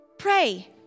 Pray